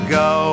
go